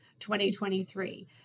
2023